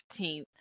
15th